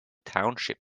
township